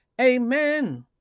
Amen